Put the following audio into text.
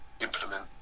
implement